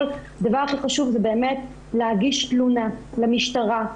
דבר שחשוב הוא כמובן להגיש תלונה למשטרה.